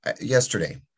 yesterday